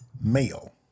male